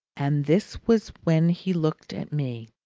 and this was when he looked at me,